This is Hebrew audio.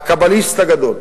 הקבליסט הגדול.